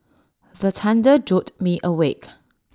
the thunder jolt me awake